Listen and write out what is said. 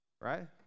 Right